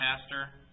pastor